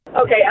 Okay